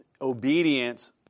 obedience